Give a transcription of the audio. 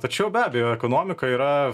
tačiau be abejo ekonomika yra